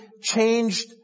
changed